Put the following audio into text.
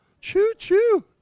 Choo-choo